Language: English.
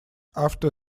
after